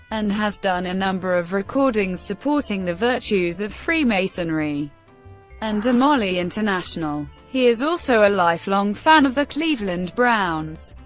and has done a number of recordings supporting the virtues of freemasonry and demolay international. he is also a lifelong fan of the cleveland browns.